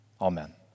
Amen